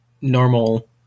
normal